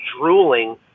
drooling